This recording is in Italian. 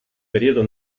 periodo